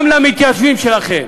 גם למתיישבים שלכם,